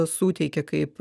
suteikė kaip